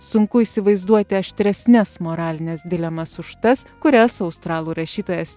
sunku įsivaizduoti aštresnes moralines dilemas už tas kurias australų rašytojas